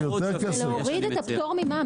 להוריד את הפטור ממע"מ.